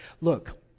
Look